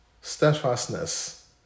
steadfastness